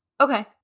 Okay